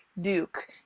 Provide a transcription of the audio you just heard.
Duke